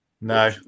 No